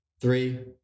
three